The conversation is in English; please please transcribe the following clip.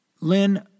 Lynn